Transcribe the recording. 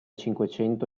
cinquecento